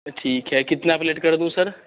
ठीक है कितना प्लेट कर दूँ सर